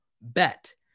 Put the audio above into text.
bet